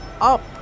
up